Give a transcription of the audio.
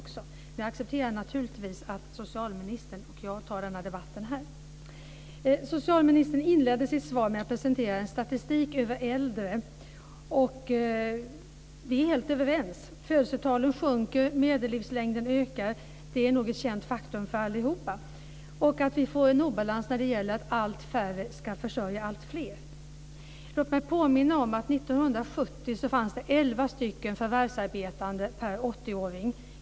Men jag accepterar naturligtvis att socialministern och jag tar den här debatten. Socialministern inledde sitt svar med att presentera en statistik över äldre. Vi är helt överens. Födelsetalen sjunker, och medellivslängden ökar. Det är nog ett känt faktum för allihop. Vi får en obalans när allt färre ska försörja alltfler. Låt mig påminna om att det år 1970 fanns elva förvärvsarbetande per 80-åring.